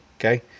okay